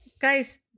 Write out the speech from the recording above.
guys